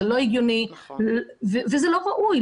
זה לא הגיוני וזה לא ראוי.